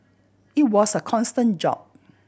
it was a constant job